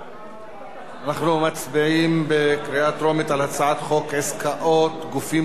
אנחנו מצביעים בקריאה טרומית על הצעת חוק עסקאות גופים ציבוריים (תיקון,